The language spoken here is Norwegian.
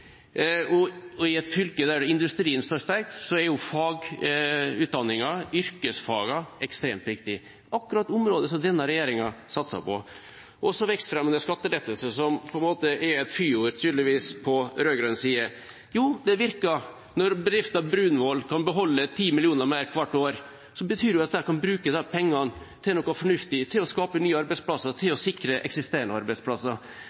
utrolig viktig. I et fylke der industrien står sterkt, er fagutdanningene, yrkesfagene, ekstremt viktige. Dette er akkurat de områdene som denne regjeringa satser på. Vekstfremmende skatteletter, som tydeligvis er et fyord på rød-grønn side: Jo, de virker. Når bedriften Brunvoll kan beholde 10 mill. kr mer hvert år, betyr det at de kan bruke de pengene til noe fornuftig, til å skape nye arbeidsplasser, til å sikre eksisterende arbeidsplasser.